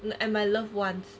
and my loved ones